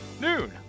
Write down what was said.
noon